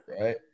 right